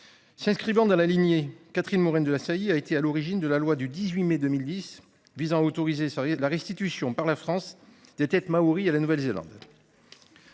S'inscrivant dans la lignée Catherine Morin-de la saillie a été à l'origine de la loi du 18 mai 2010, visant à autoriser de la restitution par la France des têtes maories, à la Nouvelle-Zélande.